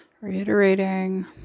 Reiterating